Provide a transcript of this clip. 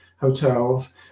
hotels